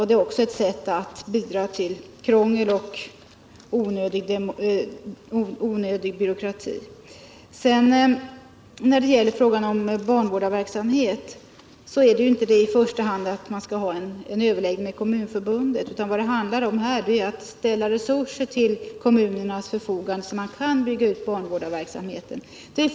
Det är också ett sätt att bidra till krångel och onödig byråkrati. När det gäller barnvårdarverksamhet är det inte i första hand fråga om att man skall ha en överläggning med Kommunförbundet, utan vad det handlar om här är att ställa resurser till kommunernas förfogande, så att man kan bygga ut barnvårdarverksamheten.